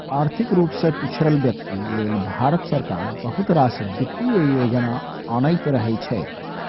आर्थिक रुपे पिछरल बेकती लेल भारत सरकार बहुत रास बित्तीय योजना अनैत रहै छै